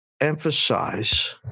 emphasize